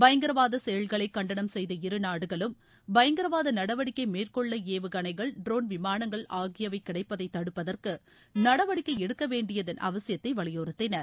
பயங்கரவாத செயல்களை கண்டனம் செய்த இரு நாடுகளும் பயங்கரவாத நடவடிக்கை மேற்கொள்ள ஏவுகணைகள் ட்ரோன் விமானங்கள் ஆகியவை கிடைப்பதை தடுப்பதற்கு நடவடிக்கை எடுக்க வேண்டியதன் அவசியத்தை வலியுறுத்தினர்